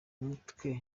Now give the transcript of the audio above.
mutwe